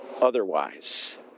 otherwise